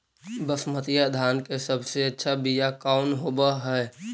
बसमतिया धान के सबसे अच्छा बीया कौन हौब हैं?